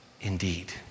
indeed